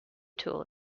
tool